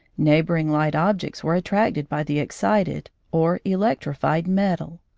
neighbouring light objects were attracted by the excited or electrified metal.